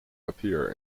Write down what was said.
appear